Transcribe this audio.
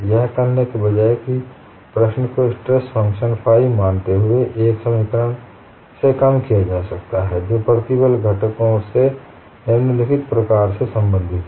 यह करने के बजाय कि प्रश्न कोस्ट्रेस फंक्शन फाइ मानते हुए एक समीकरण में कम किया जा सकता है जो प्रतिबल घटकों से निम्नलिखित प्रकार से संबंधित है